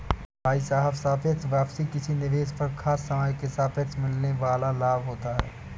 भाई साहब सापेक्ष वापसी किसी निवेश पर खास समय के सापेक्ष मिलने वाल लाभ होता है